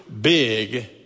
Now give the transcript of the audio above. big